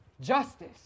justice